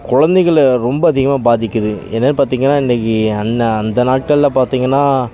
குழந்தைகள ரொம்ப அதிகமாக பாதிக்கிறது என்னன்னு பார்த்திங்கன்னா இன்னைக்கி அந்த அந்த நாட்கள்ல பார்த்திங்கன்னா